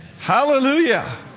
Hallelujah